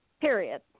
Period